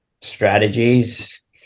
strategies